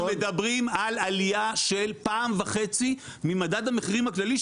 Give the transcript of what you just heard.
אנחנו מדברים על עלייה של פעם וחצי ממדד המחירים הכללי,